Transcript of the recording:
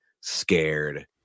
scared